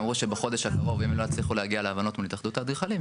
אמרו שאם בחודש הקרוב אם לא יצליחו להגיע להבנות מול התאחדות האדריכלים,